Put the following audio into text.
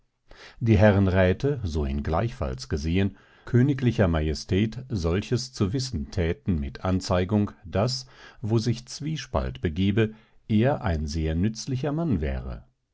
die herren räthe so ihn gleichfalls gesehen königl majestät solches zu wissen thäten mit anzeigung daß wo sich zwiespalt begebe er ein sehr nützlicher mann wäre